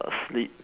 sleep